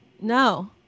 No